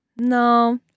no